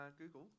Google